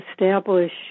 establish